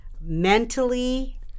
mentally